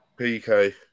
PK